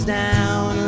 down